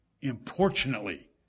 importunately